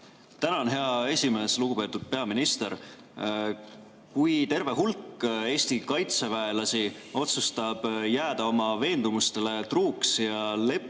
Tänan, hea esimees! Lugupeetud peaminister! Kui terve hulk Eesti kaitseväelasi otsustab jääda oma veendumustele truuks ja leppida